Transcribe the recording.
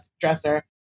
dresser